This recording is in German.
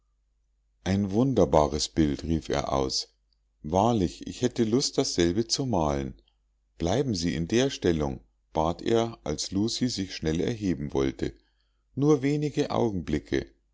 ein wunderbares bild rief er aus wahrlich ich hätte lust dasselbe zu malen bleiben sie in der stellung bat er als lucie sich schnell erheben wollte nur wenige augenblicke